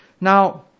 Now